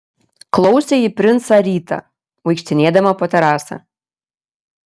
klausė ji princą rytą vaikštinėdama po terasą